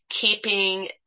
keeping